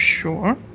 Sure